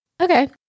Okay